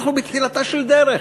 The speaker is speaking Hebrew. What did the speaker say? אנחנו בתחילתה של דרך.